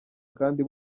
kandi